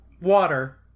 Water